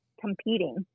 competing